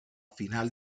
final